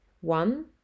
One